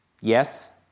yes